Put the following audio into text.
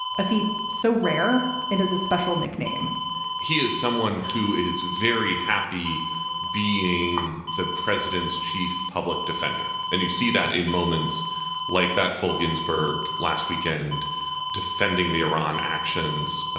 a feat so rare and as a special nickname today, he is someone who is very happy being the president's chief public defender. and you see that in moments like that, full ginsburg last weekend defending the iran actions,